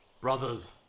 Brothers